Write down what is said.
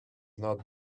not